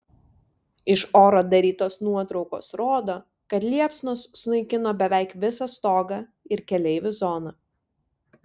iš oro darytos nuotraukos rodo kad liepsnos sunaikino beveik visą stogą ir keleivių zoną